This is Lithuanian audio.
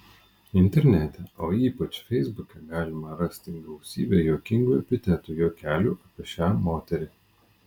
internete o ypač feisbuke galima rasti gausybę juokingų epitetų juokelių apie šią moterį